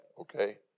okay